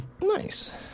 Nice